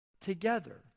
together